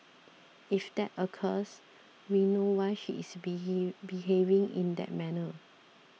if that occurs we know why she is behave behaving in that manner